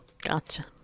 Gotcha